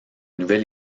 nouvel